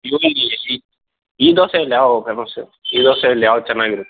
ಈ ದೋಸೆಯಲ್ಲಿ ಯಾವವು ಫೇಮಸ್ಸು ಈ ದೋಸೆಯಲ್ಲಿ ಯಾವ್ದು ಚೆನ್ನಾಗಿರುತ್ತೆ